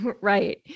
Right